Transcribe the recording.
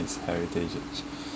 it's heritage